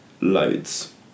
Loads